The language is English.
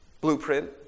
blueprint